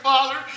Father